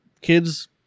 kids